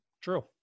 True